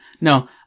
No